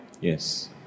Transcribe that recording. Yes